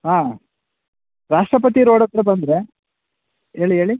ಹಾಂ ರಾಷ್ಟ್ರಪತಿ ರೋಡ್ ಹತ್ತಿರ ಬಂದರೆ ಹೇಳಿ ಹೇಳಿ